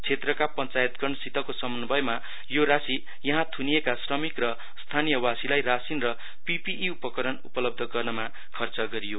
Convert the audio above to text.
क्षेत्रका पञ्चायातगणसितको समन्वयमा यो राशी यहाँ थुनिएका श्रमिक र स्थानीयवासीलाई राशीन र पि पि इ उपकरण उपलब्ध गर्नमा खर्च गरियो